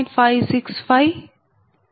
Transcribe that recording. uIf24 j1